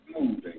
moving